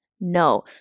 No